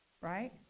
right